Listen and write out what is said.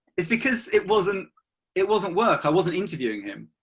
it's because it wasn't it wasn't work, i wasn't interviewing him.